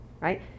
right